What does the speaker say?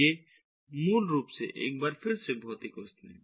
ये मूल रूप से एक बार फिर से भौतिक वस्तुएं हैं